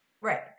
Right